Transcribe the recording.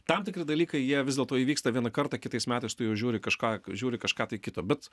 tam tikri dalykai jie vis dėlto įvyksta vieną kartą kitais metais tu jau žiūri kažką žiūri kažką tai kito bet